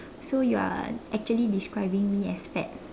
so you are actually describing me as fat